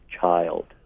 child